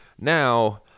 Now